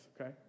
okay